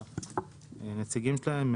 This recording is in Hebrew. הנציגים שלהם,